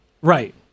Right